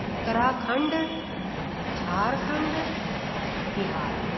Uttarakhand Jharkhand Bihar